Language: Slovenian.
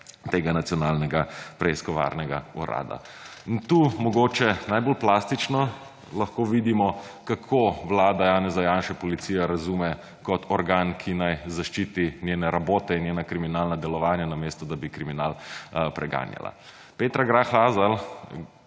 tega Nacionalnega preiskovalnega urada. In tu mogoče najbolj plastično lahko vidimo, kako vlada Janeza Janše policijo razume kot organ, ki naj zaščiti njene rabote in njena kriminalna delovanja, namesto da bi kriminal preganjala. Petra Grah Lazar,